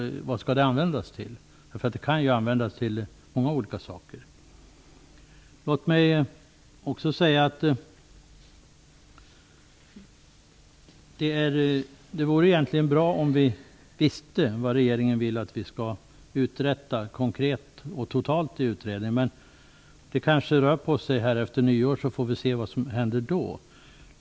Vad skall det användas till? Det kan användas till många olika saker. Det vore egentligen bra om vi visste vad regeringen vill att vi i utredningen konkret och totalt skall uträtta. Det kanske rör på sig efter nyår så att vi får se vad som händer då.